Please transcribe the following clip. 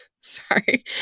sorry